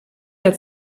der